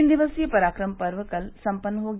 तीन दिवसीय पराक्रम पर्व कल सम्पन्न हो गया